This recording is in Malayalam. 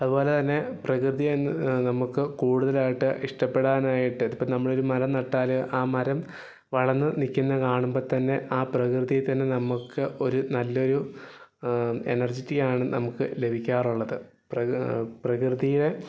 അതുപോലെ തന്നെ പ്രകൃതിയെ നമുക്ക് കൂടുതലായിട്ട് ഇഷ്ടപ്പെടാനായിട്ട് ഇപ്പോൾ നമ്മൾ ഒരു മരം നട്ടാൽ ആ മരം വളർന്നു നിൽക്കുന്നത് കാണുമ്പോൾ തന്നെ ആ പ്രകൃതിയിൽ തന്നെ നമുക്ക് ഒരു നല്ലൊരു എനർജിറ്റി ആണ് നമുക്ക് ലഭിക്കാറുള്ളത് പ്രകൃതി പ്രകൃതിയെ